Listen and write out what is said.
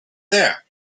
there